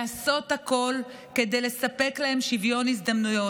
לעשות הכול כדי לספק להם שוויון הזדמנויות.